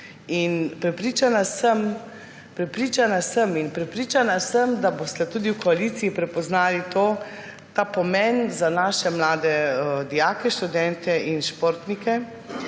in prepričana sem, da boste tudi v koaliciji prepoznali ta pomen za naše mlade dijake, študente in športnike,